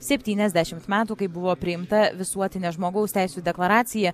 septyniasdešimt metų kai buvo priimta visuotinė žmogaus teisių deklaracija